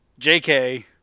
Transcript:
JK